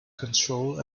control